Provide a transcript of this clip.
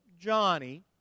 Johnny